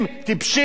טיפשים?